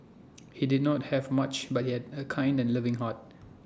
he did not have much but he had A kind and loving heart